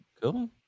Cool